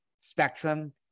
spectrum